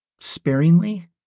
sparingly